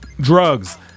drugs